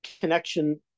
connection